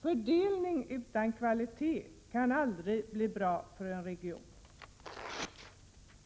Fördelning utan hänsyn till kvalitet kan aldrig bli bra för en region.